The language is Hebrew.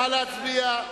נא להצביע,